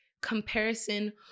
Comparison